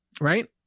right